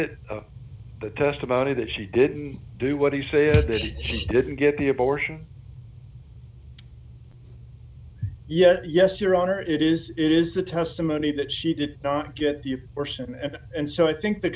the testimony that she didn't do what he said she didn't get the abortion yes yes your honor it is it is the testimony that she did not get the horse and and so i think the